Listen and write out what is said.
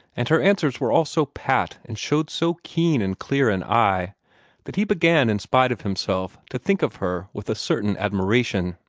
and her answers were all so pat and showed so keen and clear an eye that he began in spite of himself to think of her with a certain admiration.